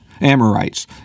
Amorites